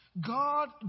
God